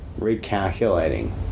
recalculating